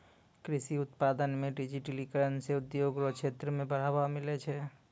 कृषि उत्पादन मे डिजिटिकरण से उद्योग रो क्षेत्र मे बढ़ावा मिलै छै